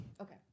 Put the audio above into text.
Okay